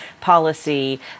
policy